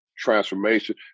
transformation